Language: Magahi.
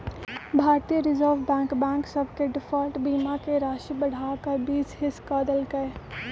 भारतीय रिजर्व बैंक बैंक सभ के डिफॉल्ट बीमा के राशि बढ़ा कऽ बीस हिस क देल्कै